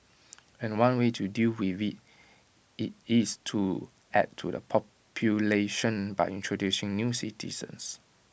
and one way to deal with IT is to add to the population by introducing new citizens